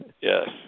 Yes